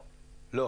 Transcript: לא.